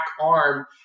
arm